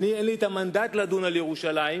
אין לי מנדט לדון בירושלים,